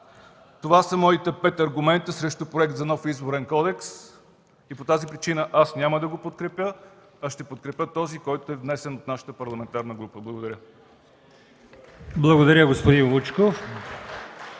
Това са моите пет аргумента срещу Проекта за нов Изборен кодекс и по тази причина няма да го подкрепя, а ще подкрепя този, който е внесен от нашата парламентарна група. Благодаря. (Ръкопляскания от